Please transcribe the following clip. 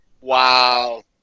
Wow